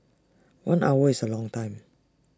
one hour is A long time